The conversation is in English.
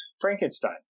Frankenstein